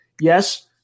Yes